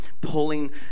pulling